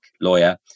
lawyer